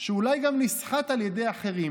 שאולי גם נסחט על ידי אחרים,